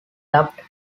dubbed